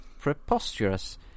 preposterous